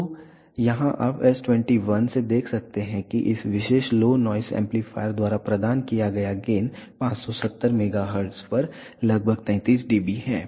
तो यहां आप S21 से देख सकते हैं कि इस विशेष लो नॉइस एम्पलीफायर द्वारा प्रदान किया गया गेन 570 MHz पर लगभग 33 dB है